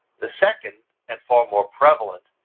the second, and far more prevalent,